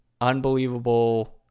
unbelievable